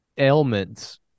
Ailments